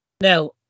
Now